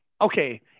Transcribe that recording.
okay